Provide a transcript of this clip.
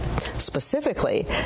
Specifically